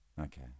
Okay